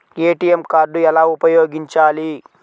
ATM card ఎలా ఉపయోగించాలి?